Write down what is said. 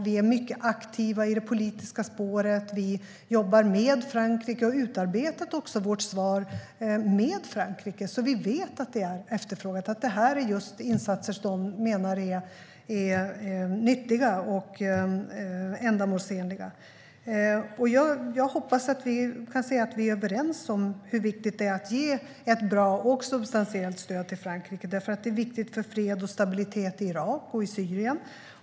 Vi är mycket aktiva i det politiska spåret. Vi jobbar med Frankrike och har utarbetat vårt svar med Frankrike. Vi vet därför att detta är efterfrågat och att det är insatser som de menar är nyttiga och ändamålsenliga. Jag hoppas att vi kan säga att vi är överens om hur viktigt det är att ge ett bra och substantiellt stöd till Frankrike, därför att det är viktigt för fred och stabilitet i Irak och Syrien.